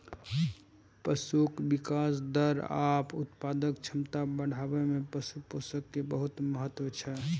पशुक विकास दर आ उत्पादक क्षमता बढ़ाबै मे पशु पोषण के बहुत महत्व छै